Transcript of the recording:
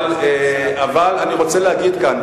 אבל אני רוצה להגיד כאן,